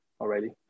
already